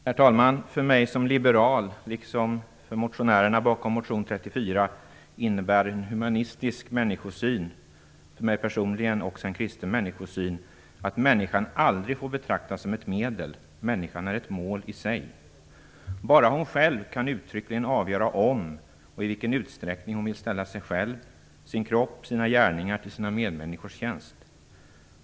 Herr talman! För mig som liberal, liksom motionärerna bakom motion 34, innebär en humanistisk människosyn - för mig personligen också en kristen människosyn - att människan aldrig får betraktas som ett medel. Människan är ett mål i sig. Bara hon själv kan uttryckligen avgöra om, och i vilken utsträckning, hon vill ställa sig själv, sin kropp och sina gärningar till sina medmänniskors tjänst.